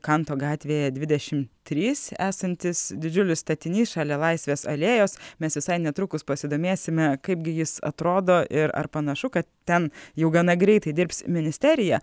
kanto gatvėje dvidešimt trys esantis didžiulis statinys šalia laisvės alėjos mes visai netrukus pasidomėsime kaipgi jis atrodo ir ar panašu kad ten jau gana greitai dirbs ministerija